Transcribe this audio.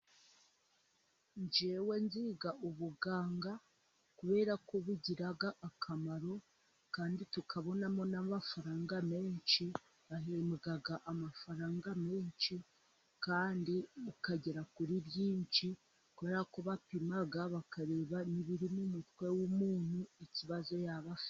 Njyewe nziga ubuganga kubera ko bigira akamaro, kandi tukabonamo n' amafaranga menshi bahembwa amafaranga menshi, kandi ukagera kuri byinshi kubera ko bapima, bakareba ibiri mu mutwe w' umuntu ikibazo yaba afite.